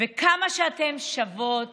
וכמה שאתן שוות